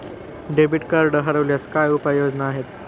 Debit card हरवल्यास काय उपाय योजना आहेत?